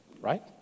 right